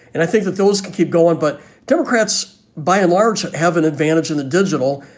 and i think that those can keep going. but democrats, by and large, have an advantage in the digital.